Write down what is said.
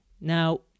Now